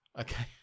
Okay